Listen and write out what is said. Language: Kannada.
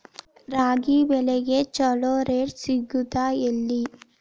ರಾಗಿ ಬೆಳೆಗೆ ಛಲೋ ರೇಟ್ ಸಿಗುದ ಎಲ್ಲಿ?